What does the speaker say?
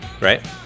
Right